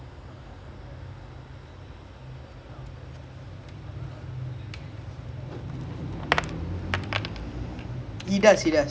okay lah pep is okay I don't know I saw some videos they say uh pep put like a lot of pressure on players to make them play something like that